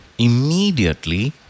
immediately